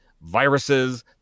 viruses